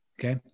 Okay